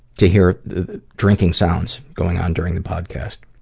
to hear drinking sounds going on during the podcast.